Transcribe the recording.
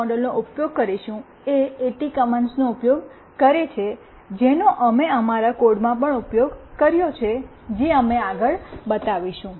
મોડેમનો ઉપયોગ કરીશું એ એટી કમાન્ડસ નો ઉપયોગ કરે છે જેનો અમે અમારા કોડમાં પણ ઉપયોગ કર્યો છે જે અમે આગળ બતાવશું